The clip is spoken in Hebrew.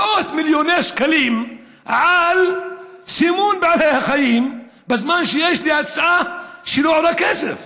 מאות מיליוני שקלים לסימון בעלי החיים בזמן שיש לי הצעה שלא עולה כסף?